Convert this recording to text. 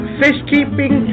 fishkeeping